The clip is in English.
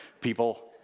people